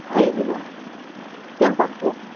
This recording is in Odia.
ହେଇଯିବା କେନ୍ ସାର୍ ଦେମି